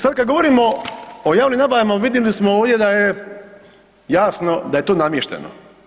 Sad kad govorimo o javnim nabavama, vidjeli smo ovdje da je, jasno, da je to namješteno.